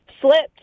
slipped